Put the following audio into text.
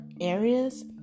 areas